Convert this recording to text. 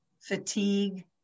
fatigue